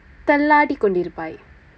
தள்ளாடி கொண்டிருப்பாய்:thallaadi kondiruppaai